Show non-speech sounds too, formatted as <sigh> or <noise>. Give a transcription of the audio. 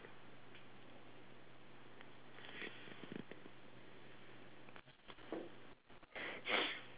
<noise>